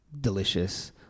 delicious